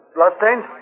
Bloodstains